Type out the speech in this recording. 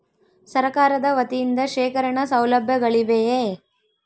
ಸರಕಾರದ ವತಿಯಿಂದ ಶೇಖರಣ ಸೌಲಭ್ಯಗಳಿವೆಯೇ?